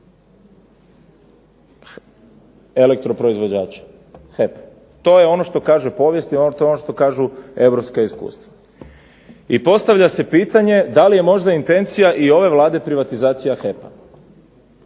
elektroproizvođače, HEP. To je ono što kaže povijest i to je ono što kažu europska iskustva. I postavlja se pitanje, da li je možda intencija i ove Vlade privatizacija HEP-a